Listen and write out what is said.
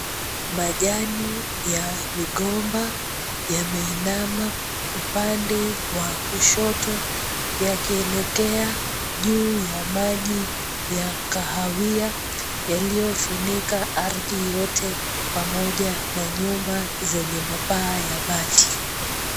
Majani ya migomba yameinama upande wa kushoto, yakielekea juu ya maji ya kahawia, yaliofunika ardhi yote pamoja na nyumba zenye mapaa ya bati.